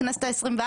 בכנסת ה-24.